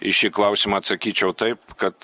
į šį klausimą atsakyčiau taip kad